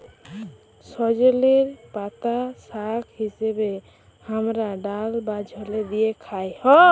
সজলের পাতা শাক হিসেবে হামরা ডাল বা ঝলে দিয়ে খাই